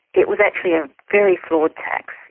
it was actually a very flawed tax.